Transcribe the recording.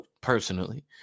personally